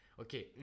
Okay